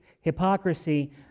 hypocrisy